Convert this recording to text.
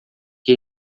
que